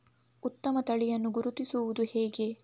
ಉತ್ತಮ ತಳಿಯನ್ನು ಗುರುತಿಸುವುದು ಹೇಗೆ?